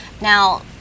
Now